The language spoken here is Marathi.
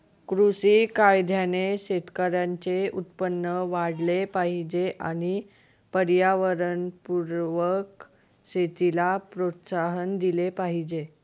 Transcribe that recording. कृषी कायद्याने शेतकऱ्यांचे उत्पन्न वाढले पाहिजे आणि पर्यावरणपूरक शेतीला प्रोत्साहन दिले पाहिजे